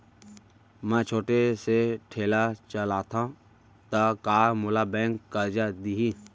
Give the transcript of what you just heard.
मैं छोटे से ठेला चलाथव त का मोला बैंक करजा दिही?